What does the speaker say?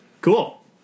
Cool